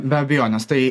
be abejonės tai